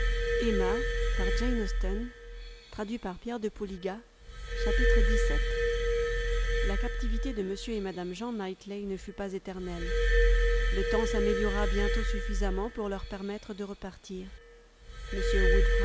la captivité de m et mme jean knightley ne fut pas éternelle le temps s'améliora bientôt suffisamment pour leur permettre de repartir